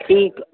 ठीकु आहे